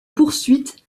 poursuite